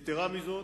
יתירה מזאת,